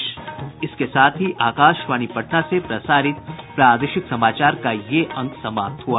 इसके साथ ही आकाशवाणी पटना से प्रसारित प्रादेशिक समाचार का ये अंक समाप्त हुआ